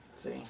See